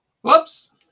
Whoops